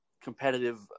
competitive